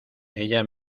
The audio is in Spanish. ella